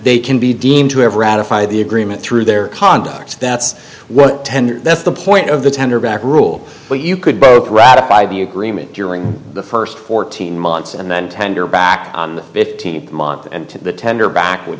they can be deemed to have ratified the agreement through their conduct that's what tender that's the point of the tender back rule where you could both ratify the agreement during the first fourteen months and then tender back on the fifteenth month and to the tender back w